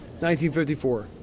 1954